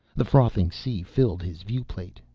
the frothing sea filled his viewplate.